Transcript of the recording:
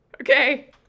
Okay